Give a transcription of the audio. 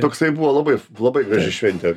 toksai buvo labai labai graži šventė